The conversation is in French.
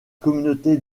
communauté